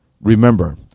Remember